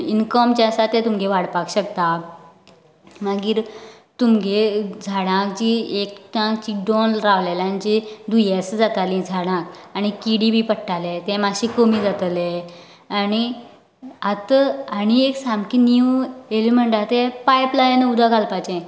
income जे आसा ते तुमगे वाडपाक शकता मागीर तुमगे झाडां जी एखटांय चिड्डून रावलेल्याची दुयेंसा जाताली झाडांक आनी किडी बी पडटाले तें मात्शे कमी जातले आनी आतां आनी एक सामके नीव येल्या म्हणटा तें पायपलायन उदक घालपाचे